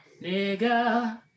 Nigga